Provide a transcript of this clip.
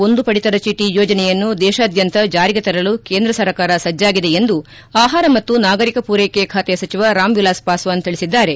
ಒಂದು ಪಡಿತರ ಚೀಟ ಯೋಜನೆಯನ್ನು ದೇಶಾದ್ಯಂತ ಜಾರಿಗೆ ತರಲು ಕೇಂದ್ರ ಸರ್ಕಾರ ಸಜ್ಲಾಗಿದೆ ಎಂದು ಆಹಾರ ಮತ್ತು ನಾಗರಿಕ ಪೂರ್ನೆಕೆ ಸಚಿವ ರಾಮ್ ವಿಲಾಸ್ ಪಾಸ್ಟಾನ್ ತಿಳಿಸಿದ್ದಾರೆ